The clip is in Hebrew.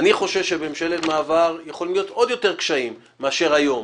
אני חושב שלממשלת מעבר יכולים להיות עוד יותר קשיים מאשר יש היום.